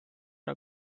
ära